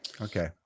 Okay